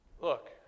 Look